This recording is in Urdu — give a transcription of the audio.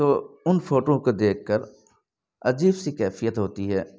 تو ان فوٹوؤوں کو دیکھ کر عجیب سی کیفیت ہوتی ہے